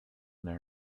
their